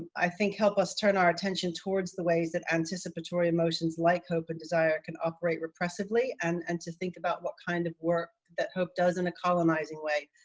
i think help us turn our attention towards the ways that anticipatory emotions like hope and desire can operate repressively and and to think about what kind of work that hope does in a colonizing way.